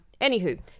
Anywho